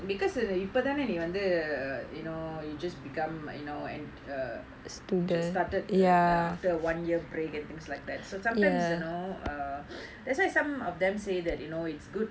because இப்போ தான நீ வந்து:ippo thaana nee vanthu you know you just begun you know N_T_U just started after one year break and things like that so sometime you know uh that's why some of them say that you know it's good